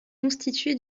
constitué